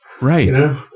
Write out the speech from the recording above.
Right